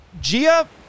Gia